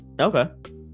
okay